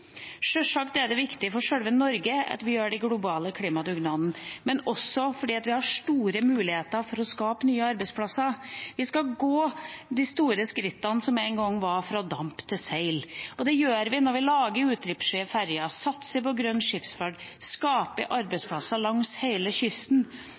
Sjølsagt er det viktig for Norge at vi gjennomfører den globale klimadugnaden, men det er også viktig fordi vi har store muligheter for å skape nye arbeidsplasser. Vi skal gå de store skrittene som en gang var fra seil til damp, og det gjør vi ved å lage utslippsfrie ferjer, satse på grønn skipsfart